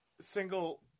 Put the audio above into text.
Single